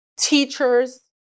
teachers